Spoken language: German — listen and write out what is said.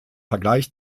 vergleich